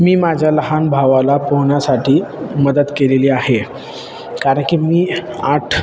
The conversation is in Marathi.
मी माझ्या लहान भावाला पोहण्यासाठी मदत केलेली आहे कारण की मी आठ